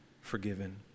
forgiven